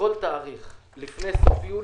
מה זה ארבעה חודשים, עד מתי?